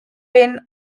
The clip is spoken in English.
been